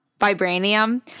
vibranium